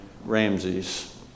Ramses